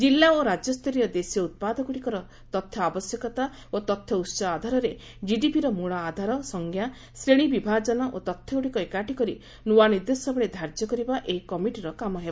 କିଲ୍ଲା ଓ ରାଜ୍ୟସ୍ତରୀୟ ଦେଶୀୟ ଉତ୍ପାଦଗୁଡ଼ିକର ତଥ୍ୟ ଆବଶ୍ୟକତା ଓ ତଥ୍ୟ ଉହ ଆଧାରରେ ଜିଡିପିର ମୂଳ ଆଧାର ସଙ୍କା ଶ୍ରେଣୀ ବିଭାଜନ ଓ ତଥ୍ୟଗୁଡ଼ିକ ଏକାଠି କରି ନୂଆ ନିର୍ଦ୍ଦେଶାବଳୀ ଧାର୍ଯ୍ୟ କରିବା ଏହି କମିଟିର କାମ ହେବ